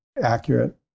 accurate